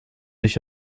nicht